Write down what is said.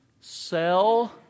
sell